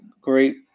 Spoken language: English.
great